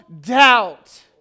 doubt